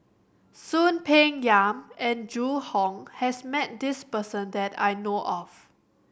Soon Peng Yam and Zhu Hong has met this person that I know of